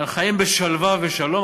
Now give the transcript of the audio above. חיים בשלווה ושלום,